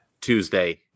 tuesday